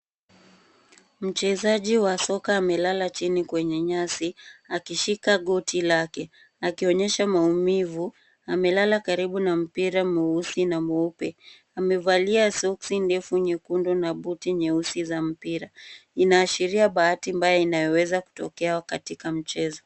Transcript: Mchezaji wa soka amelala chini kwenye nyasi akishika goti lake akionyesha maumivu, amelala karibu na mpira mweusi na mweupe amevalia soksi ndefu nyekundu na buti nyeusi za mpira, inaashiria bahati mbaya inayoweza kutokea katika mchezo.